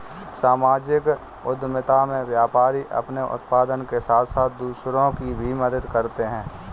सामाजिक उद्यमिता में व्यापारी अपने उत्थान के साथ साथ दूसरों की भी मदद करते हैं